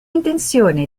intenzione